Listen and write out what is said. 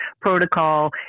protocol